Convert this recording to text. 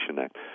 Act